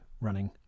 running